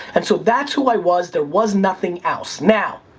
and so that's who i was, there was nothing else. now,